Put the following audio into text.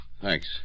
Thanks